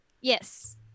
Yes